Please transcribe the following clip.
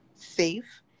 safe